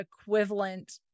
equivalent